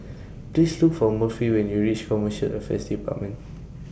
Please Look For Murphy when YOU REACH Commercial Affairs department